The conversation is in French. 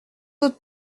autres